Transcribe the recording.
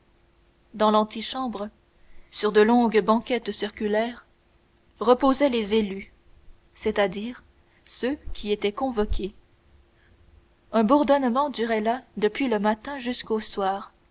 dans l'antichambre sur de longues banquettes circulaires reposaient les élus c'est-à-dire ceux qui étaient convoqués un bourdonnement durait là depuis le matin jusqu'au soir